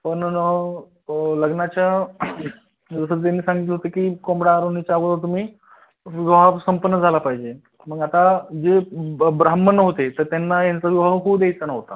पण लग्नाच्या जसं त्यानी सांगितलं होतं की कोंबडा आरवण्याच्या आगोदर तुम्ही विवाह संपन्न झाला पाहिजे मग आता जे ब ब्राह्मण होते तर त्यांना यांचा विवाह होऊ द्यायचा नव्हता